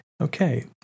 Okay